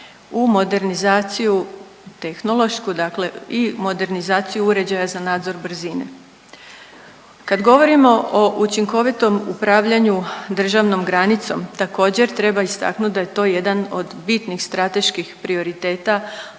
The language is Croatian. u modernizaciju tehnološku, dakle i modernizaciju uređaja za nadzor brzine. Kad govorimo o učinkovitom upravljanju državnom granicom također treba istaknut da je to jedan od bitnih strateških prioriteta,